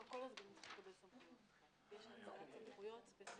אתה מנצרת עילית, אתה רוצה בבקשה להתייחס לחוק?